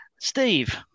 Steve